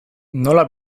nola